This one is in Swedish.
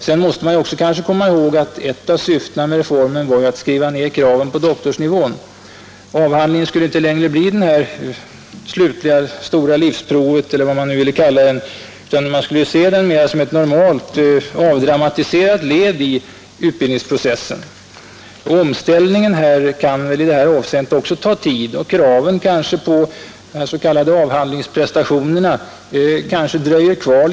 Sedan måste man ju kanske också komma ihåg att ett syfte med reformen var att skriva ner kraven på doktorsnivån. Avhandlingen skulle inte längre bli det här stora livsprovet, eller vad man nu vill kalla det. Vi ser den mera som ett normalt, avdramatiserat led i utbildningsprocessen. Omställningen kan väl också ta tid, och kraven på de s.k. avhandlingsprestationerna kanske dröjer kvar.